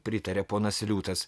pritarė ponas liūtas